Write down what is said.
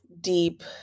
deep